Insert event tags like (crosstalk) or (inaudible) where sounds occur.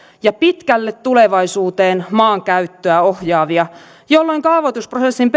ja pitkälle tulevaisuuteen maankäyttöä ohjaavia jolloin kaavoitusprosessin (unintelligible)